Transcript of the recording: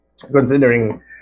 Considering